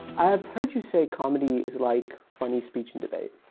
i have heard you say comedy is like funny speech and debate.